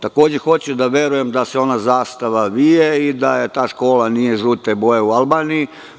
Takođe, hoću da verujem da se ona zastava vije i da ta škola nije žute boje u Albaniji.